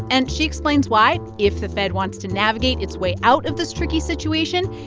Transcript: and she explains why, if the fed wants to navigate its way out of this tricky situation,